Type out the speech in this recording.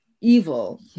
evil